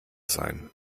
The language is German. sein